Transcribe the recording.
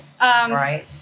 Right